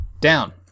down